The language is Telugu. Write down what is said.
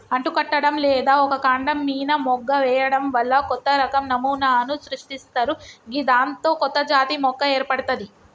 అంటుకట్టడం లేదా ఒక కాండం మీన మొగ్గ వేయడం వల్ల కొత్తరకం నమూనాను సృష్టిస్తరు గిదాంతో కొత్తజాతి మొక్క ఏర్పడ్తది